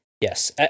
Yes